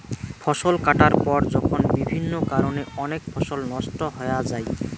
ফসল কাটার পর যখন বিভিন্ন কারণে অনেক ফসল নষ্ট হয়া যাই